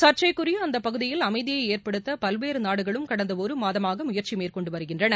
சர்ச்சைக்குரிய அந்த பகுதியில் அமைதியை ஏற்படுத்த பல்வேறு நாடுகளும் கடந்த ஒரு மாதமாக முயற்சி மேற்கொண்டு வருகின்றன